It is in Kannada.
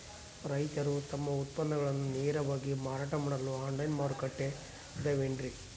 ರೈತರು ತಮ್ಮ ಉತ್ಪನ್ನಗಳನ್ನ ನೇರವಾಗಿ ಮಾರಾಟ ಮಾಡಲು ಆನ್ಲೈನ್ ಮಾರುಕಟ್ಟೆ ಅದವೇನ್ರಿ?